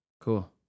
Cool